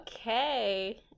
okay